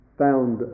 found